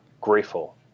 grateful